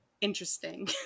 interesting